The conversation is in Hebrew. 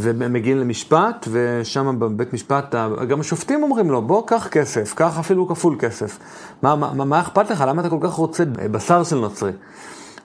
ומגיעים למשפט, ושם בבית משפט, גם השופטים אומרים לו, בוא, קח כסף, קח אפילו כפול כסף. מה אכפת לך? למה אתה כל כך רוצה בשר של נוצרי?